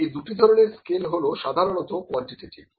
এই দুটি ধরনের স্কেল হল সাধারণত কোয়ান্টিটেটিভ